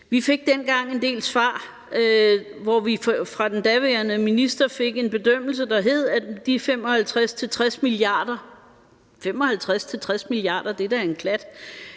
Vi fik dengang en del svar, hvor vi fra den daværende minister fik en bedømmelse, der hed, at de 55-60 mia. kr. – det er da en klat